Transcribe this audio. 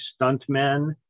stuntmen